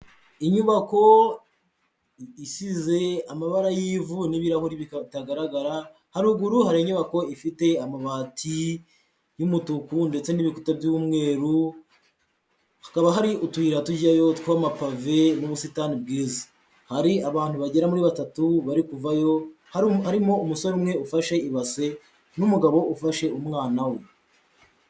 Inyubako isize amabara y'ivu n'ibirahuri bitagaragara, haruguru hari inyubako ifite amabati y'umutuku ndetse n'ibikuta by'umweru, hakaba hari utuyira tujyayo tw'amapave n'ubusitani bwiza, hari abantu bagera muri batatu bari kuvayo harimo umusore umwe ufashe ibase n'umugabo ufashe umwana we.